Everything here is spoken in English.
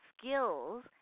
skills